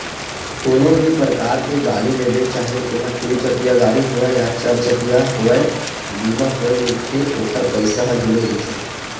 कोनो भी परकार के गाड़ी लेबे चाहे ओहा दू चकिया गाड़ी होवय या चरचकिया होवय बीमा होय मिलथे ओखर पइसा ह जुड़े रहिथे